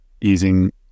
using